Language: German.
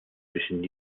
zwischen